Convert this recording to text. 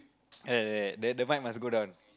like that the mic must go down